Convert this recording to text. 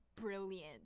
brilliant